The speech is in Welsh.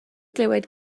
glywed